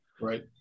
Right